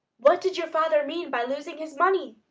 what did your father mean by losing his money?